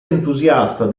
entusiasta